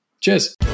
cheers